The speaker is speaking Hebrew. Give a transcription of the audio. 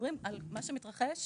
מדברים על מה שמתרחש